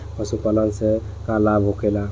पशुपालन से का लाभ होखेला?